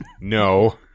No